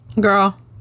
Girl